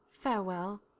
farewell